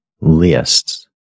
lists